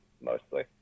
mostly